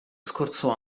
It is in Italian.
scorso